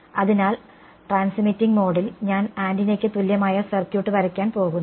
അതിനാൽ ട്രാൻസ്മിറ്റിംഗ് മോഡിൽ ഞാൻ ആന്റിനക്ക് തുല്യമായ സർക്യൂട്ട് വരയ്ക്കാൻ പോകുന്നു